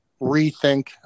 rethink